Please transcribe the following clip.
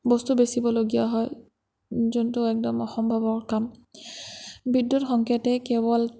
বস্তু বেচিবলগীয়া হয় যোনটো একদম অসম্ভৱৰ কাম বিদ্য়ুৎ সংকেতে কেৱল